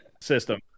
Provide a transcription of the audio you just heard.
system